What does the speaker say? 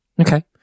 Okay